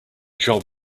job